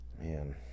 Man